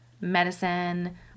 medicine